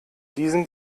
diesem